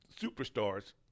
superstars